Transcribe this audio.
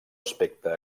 aspecte